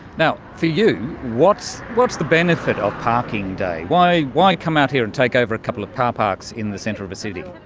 for you, what's what's the benefit of parking day? why why come out here and take over a couple of car parks in the centre of a city?